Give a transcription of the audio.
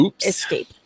escape